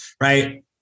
right